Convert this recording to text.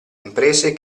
imprese